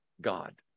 God